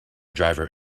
driver